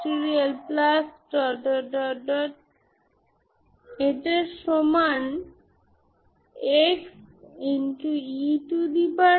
Fourier series থেকে আপনি আলাদা ফ্রিকোয়েন্সিগুলির উপর ভিত্তি করে আপনার সংকেত ফিরে পেতে পারেন